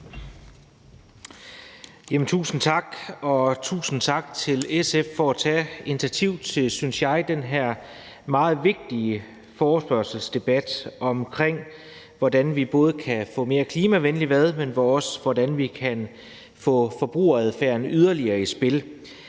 Tusind tak, og tusind tak til SF for at tage initiativ til, synes jeg, den her meget vigtige forespørgselsdebat omkring, hvordan vi både kan få mere klimavenlig mad, men også hvordan vi kan få forbrugeradfærden yderligere i spil.